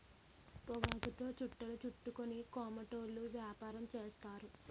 పొగాకుతో చుట్టలు చుట్టుకొని కోమటోళ్ళు యాపారం చేస్తారు